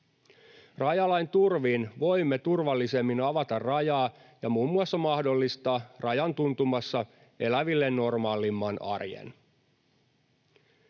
Rajalain turvin voimme turvallisemmin avata rajaa ja muun muassa mahdollistaa rajan tuntumassa eläville normaalimman arjen.